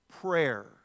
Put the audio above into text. prayer